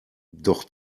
doch